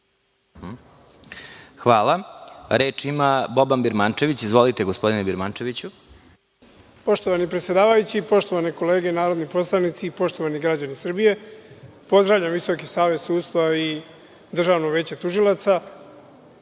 Hvala. Reč ima Boban Birmančević. Izvolite. **Boban Birmančević** Poštovani predsedavajući, poštovane kolege narodni poslanici, poštovani građani Srbije, pozdravljam VSS i Državno veće tužilaca.